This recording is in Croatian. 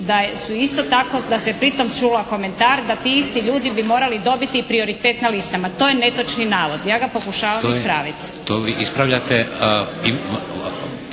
da su isto tako, da je pritom čula komentar da ti isti ljudi bi morali dobiti prioritet na listama. To je netočni navod i ja ga pokušavam ispraviti.